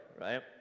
right